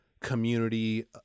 community